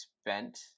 spent